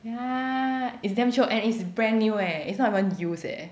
yeah it's damn shiok and it's brand new leh it's not even used eh